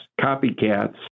copycats